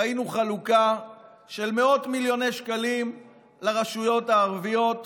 ראינו חלוקה של מאות מיליוני שקלים לרשויות הערביות.